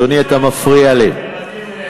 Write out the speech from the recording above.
אדוני, אתה מפריע לי.